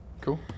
Cool